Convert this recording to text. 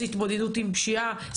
התמודדות עם פשיעה,